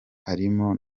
harimo